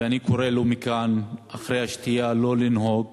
ואני קורא לו מכאן: אחרי השתייה לא לנהוג,